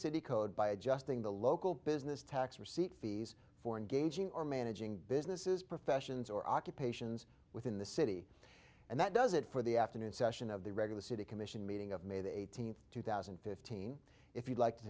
city code by adjusting the local business tax receipt fees for engaging or managing businesses professions or occupations within the city and that does it for the afternoon session of the regular city commission meeting of may the eighteenth two thousand and fifteen if you'd like to